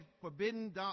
forbidden